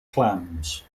clams